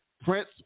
Prince